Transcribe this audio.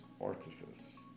artifice